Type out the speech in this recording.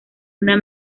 una